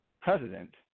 president